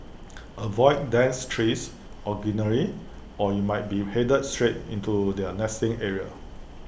avoid dense trees or greenery or you might be headed straight into their nesting areas